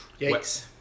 Yikes